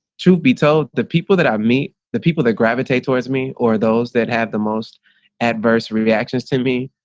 to be told the people that i meet the people that gravitate towards me or those that have the most adverse reactions to me,